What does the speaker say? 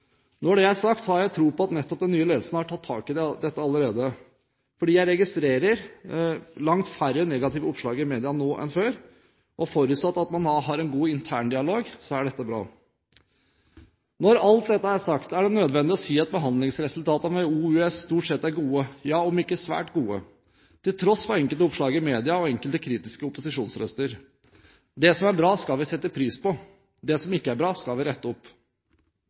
Når det er sagt, har jeg tro på at nettopp den nye ledelsen har tatt tak i dette allerede, fordi jeg registrerer langt færre negative oppslag i media nå enn før. Forutsatt at man da har en god interndialog, er dette bra. Når alt dette er sagt, er det nødvendig å si at behandlingsresultatene ved OUS stort sett er gode – ja om ikke svært gode – til tross for enkelte oppslag i media og enkelte kritiske opposisjonsrøster. Det som er bra, skal vi sette pris på. Det som ikke er bra, skal vi rette opp.